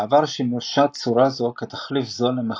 בעבר שימשה תצורה זו כתחליף זול למכוניות,